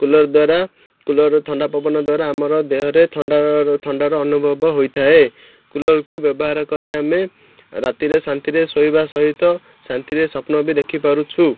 cooler ଦ୍ୱାରା କୁଲର୍ର ଥଣ୍ଡା ପବନ ଦ୍ୱାରା ଆମର ଦେହରେ ଥଣ୍ଡାର ଥଣ୍ଡାର ଅନୁଭବ ହୋଇଥାଏ କୁଲର୍କୁ ବ୍ୟବହାର କରି ଆମେ ରାତିରେ ଶାନ୍ତିରେ ଶୋଇବା ସହିତ ଶାନ୍ତିରେ ସ୍ୱପ୍ନ ବି ଦେଖିପାରୁଛୁ